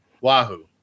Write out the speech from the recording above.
Wahoo